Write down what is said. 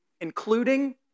including